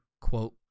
Quote